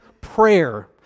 prayer